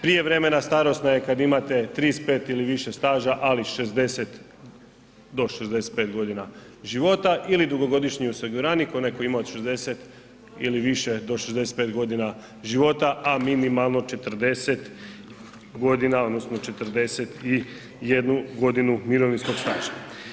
Prijevremena starosna je kada imate 35 ili više staža, ali 60 do 65 godina života ili dugogodišnji osiguranik onaj koji ima od 60 ili više do 65 godina života, a minimalno 40 godina odnosno 41 godinu mirovinskog staža.